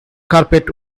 carpet